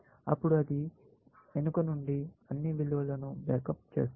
అప్పుడు అది వెనుక నుండి అన్ని విలువలను బ్యాకప్ చేస్తుంది